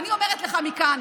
אני אומרת לך מכאן: